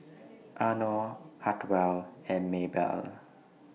Arno Hartwell and Maebelle